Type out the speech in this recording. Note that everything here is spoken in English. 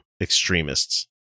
extremists